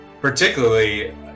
particularly